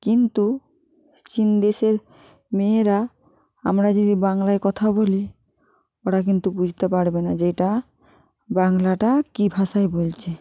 কিন্তু চীন দেশে মেয়েরা আমরা যদি বাংলায় কথা বলি ওরা কিন্তু বুঝতে পারবে না যে এটা বাংলাটা কী ভাষায় বলছে